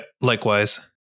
Likewise